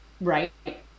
right